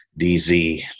DZ